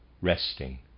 resting